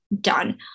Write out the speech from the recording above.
done